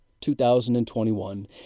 2021